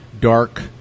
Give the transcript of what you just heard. dark